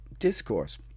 discourse